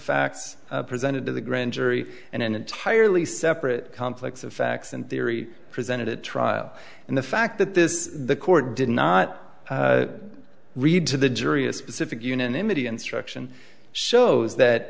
facts presented to the grand jury and an entirely separate conflicts of facts and theory presented at trial and the fact that this the court did not read to the jury a specific unanimity instruction shows that